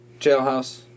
Jailhouse